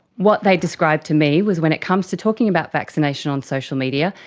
what they described to me was when it comes to talking about vaccination on social media,